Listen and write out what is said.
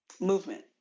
movement